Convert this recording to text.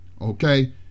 Okay